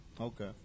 Okay